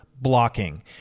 blocking